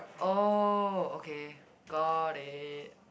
oh okay got it